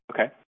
Okay